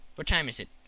what time is it?